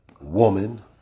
Woman